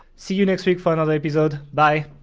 see you next week for another episode. bye